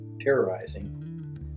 terrorizing